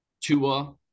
Tua